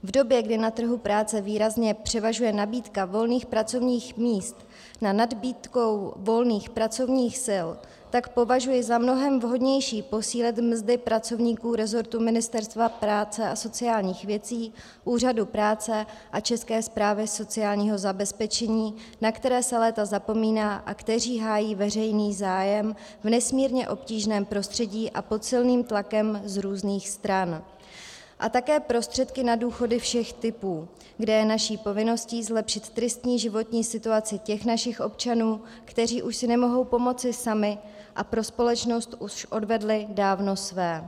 V době, kdy na trhu práce výrazně převažuje nabídka volných pracovních míst nad nabídkou volných pracovních sil, považuji za mnohem vhodnější posílit mzdy pracovníků rezortu Ministerstva práce a sociálních věcí, Úřadu práce a České správy sociálního zabezpečení, na které se léta zapomíná a kteří hájí veřejný zájem v nesmírně obtížném prostředí a pod silným tlakem z různých stran, a také prostředky na důchody všech typů, kde je naší povinností zlepšit tristní životní situaci těch našich občanů, kteří už si nemohou pomoci sami a pro společnost už odvedli dávno své.